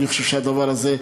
אני חושב שהדבר הזה,